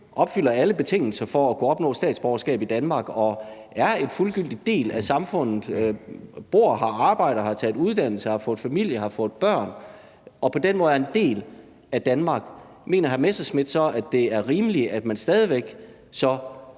opfylder alle betingelser for at kunne opnå statsborgerskab i Danmark og er en fuldgyldig del af samfundet, bor her, arbejder her, har taget uddannelse, har fået familie, har fået børn og på den måde er en del af Danmark, mener hr. Messerschmidt så, at det er rimeligt, at man stadig væk